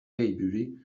maybury